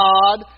God